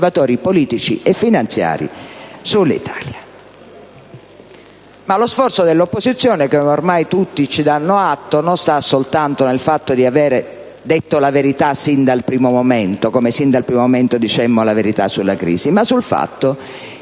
Ma lo sforzo dell'opposizione, di cui ormai tutti ci danno atto, sta non soltanto nel fatto di aver detto la verità sin dal primo momento - come sin dal primo momento dicemmo la verità sulla crisi - ma anche nel fatto che